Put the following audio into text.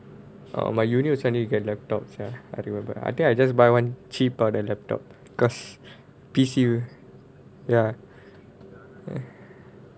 err my university I need to get laptop sia I remember I think I just buy one cheap ah the laptop because P_C wi~ ya